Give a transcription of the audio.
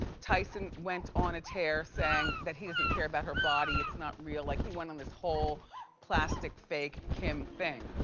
tyson went on a tear saying that he doesn't care about her body, it's not real, like he went on this whole plastic, fake kim thing.